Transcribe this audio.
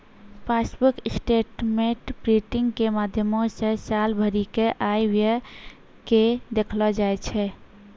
passbook statement printing के माध्यमो से साल भरि के आय व्यय के देखलो जाय छै